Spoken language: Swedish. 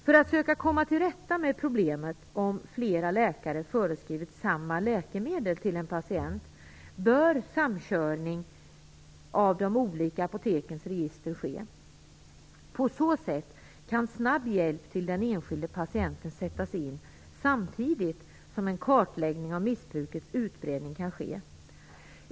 För att söka komma till rätta med sådana problem som att flera läkare förskrivit samma läkemedel till en patient bör samkörning av de olika apotekens register ske. På så sätt kan snabb hjälp till den enskilde patienten sättas in samtidigt som en kartläggning av missbrukets utbredning kan ske.